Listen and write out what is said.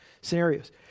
scenarios